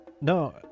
no